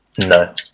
No